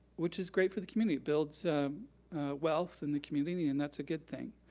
which is great for the community. it builds wealth in the community and that's a good thing.